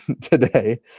today